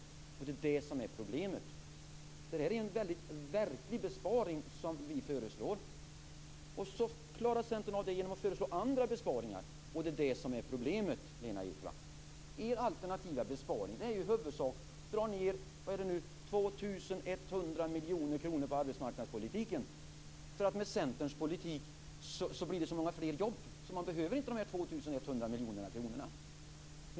Det är det som är problemet. Det är en verklig besparing som vi föreslår. Centern klarar av det genom att föreslå andra besparingar. Det är det som är problemet, Lena Ek. Er alternativa besparing är ju i huvudsak att dra ned 2 100 miljoner kronor på arbetsmarknadspolitiken eftersom det med Centerns politik blir så många fler jobb att man inte behöver de 2 100 miljoner kronorna.